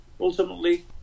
ultimately